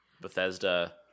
Bethesda